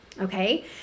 Okay